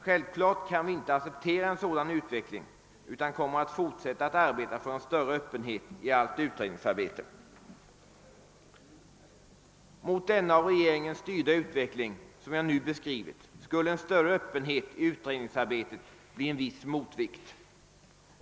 Självfallet kan vi inte acceptera en sådan utveckling, utan vi kommer att fortsätta att arbeta för en större öppenhet i allt utredningsarbete. Mot den av regeringen styrda utveckling som jag nu beskrivit skulle en större öppenhet i utredningsarbetet bli en viss motvikt.